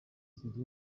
ziri